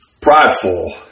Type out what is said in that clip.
prideful